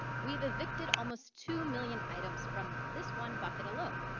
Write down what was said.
we've evicted almost two million items from this one bucket alone,